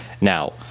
Now